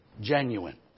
genuine